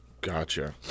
Gotcha